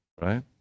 right